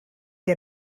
der